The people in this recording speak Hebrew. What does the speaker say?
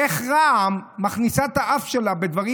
איך רע"מ מכניסה את האף שלה בדברים